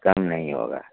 कम नहीं होगा